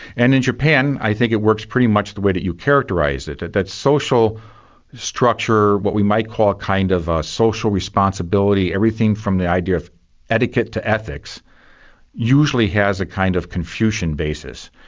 and in japan, i think it works pretty much the way that you've characterised it, that that social structure, what we might call kind of a social responsibility, everything from the idea of etiquette to ethics usually has a kind of confucian basis,